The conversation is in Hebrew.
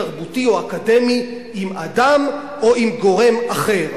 תרבותי או אקדמי עם אדם או עם גורם אחר,